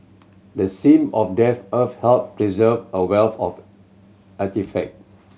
the seam of damp earth helped preserve a wealth of artefact